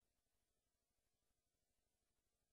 אין